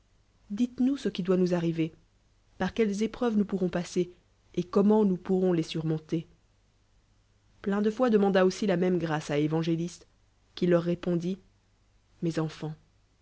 dites-nous ce qui doit nous arriver par quelles épreuves nous pourrons passer et comment nous pourrons les surmonter plein de foi demanda aussi la même grâce à evangéliste qui leur répondit mes enfants